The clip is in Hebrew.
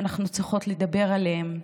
אנחנו צריכות לדבר עליהם,